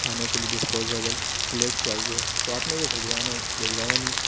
کھانے کے لیے ڈسپوزیبل پلیٹ چاہیے تو آپ نے وہ بھجوا نہیں بھجوایا نہیں